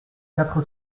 quatre